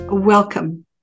Welcome